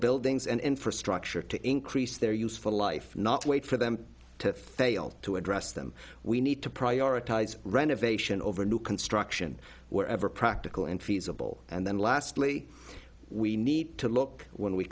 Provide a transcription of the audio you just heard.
buildings and infrastructure to increase their useful life not wait for them to fail to address them we need to prioritize renovation over new construction wherever practical and feasible and then lastly we need to look when we